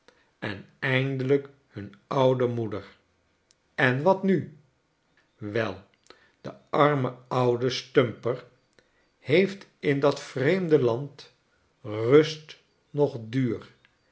en eindelijk hun oude moeder en wat nu wel de arme oude stumper heeft in dat vreemde land rust noch duur